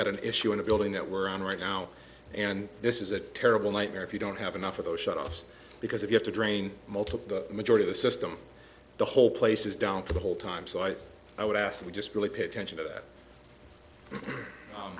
had an issue in a building that we're on right now and this is a terrible nightmare if you don't have enough of those shutoffs because if you have to drain multiple majority the system the whole place is down for the whole time so i i would ask we just really pay attention to that